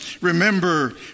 Remember